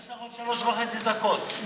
יש לך עוד שלוש דקות וחצי.